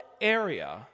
area